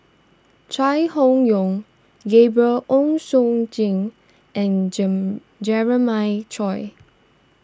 Chai Hon Yoong Gabriel Oon Chong Jin and Jam Jeremiah Choy